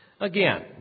Again